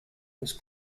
was